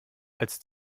als